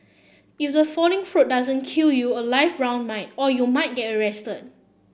if the falling fruit doesn't kill you a live round might or you might get arrested